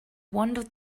wanders